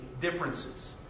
differences